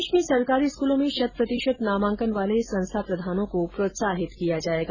प्रदेश में सरकारी स्कूलों में शतप्रतिशत नामांकन वाले संस्था प्रधानों को प्रोत्साहित किया जाएगा